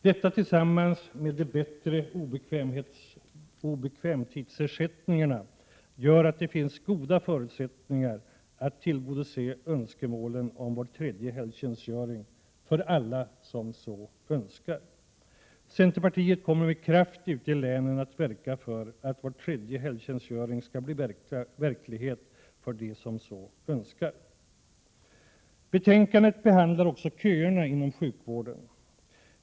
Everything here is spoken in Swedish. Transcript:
Detta tillsammans med de bättre obekvämtidsersättningarna gör att det finns goda förutsättningar att tillgodose önskemålen om var-tredjehelg-tjänstgöring — för alla som så önskar. Centerpartiet kommer med kraft ute i länen att verka för att var-tredje-helg-tjänstgöring skall bli verklighet för dem som så önskar. Betänkandet behandlar också köerna inom sjukvården.